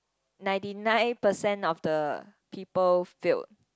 ninety nine percent of the people failed